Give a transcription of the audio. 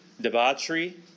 debauchery